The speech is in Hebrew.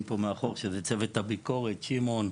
פה מאחור שזה צוות הביקורת - שמעון,